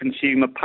Consumer